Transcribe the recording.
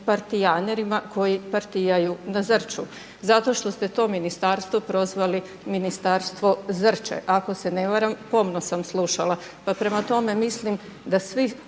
partijanerima koji partijaju na Zrću zato što ste to ministarstvo prozvali ministarstvo Zrće ako se ne varam, pomno sam slušala, pa prema tome mislim da svi